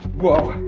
whoa,